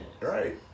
Right